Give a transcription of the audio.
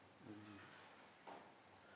mmhmm